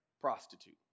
Prostitute